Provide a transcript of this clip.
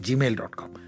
Gmail.com